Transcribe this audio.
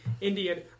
Indian